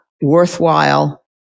worthwhile